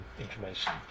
information